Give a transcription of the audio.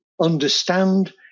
understand